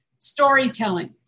storytelling